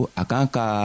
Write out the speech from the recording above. akanka